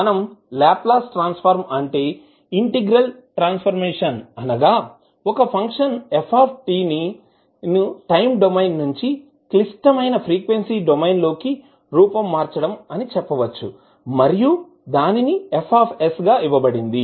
మనం Laplace transform అంటే integral transformation అనగా ఒక ఫంక్షన్ f ను టైం డొమైన్ నుంచి క్లిష్టమైన ఫ్రీక్వెన్సీ డొమైన్ లోకి రూపం మార్చడం అని చెప్పవచ్చు మరియు దానిని F గా ఇవ్వబడింది